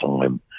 time